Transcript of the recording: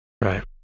Right